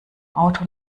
auto